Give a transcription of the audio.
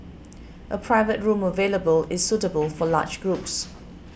a private room available is suitable for large groups